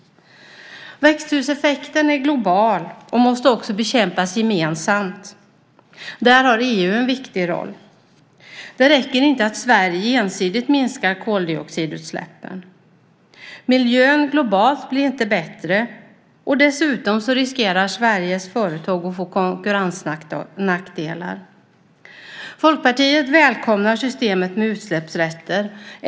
Växthuseffekten är global och måste också bekämpas gemensamt. Där har EU en viktig roll. Det räcker inte att Sverige ensidigt minskar koldioxidutsläppen. Miljön globalt blir inte bättre, och dessutom riskerar Sveriges företag att få konkurrensnackdelar. Folkpartiet välkomnar systemet med utsläppsrätter.